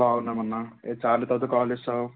బాగున్నాం అన్న ఏం చాలా రోజుల తర్వాత కాల్ చేస్తున్నావు